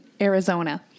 Arizona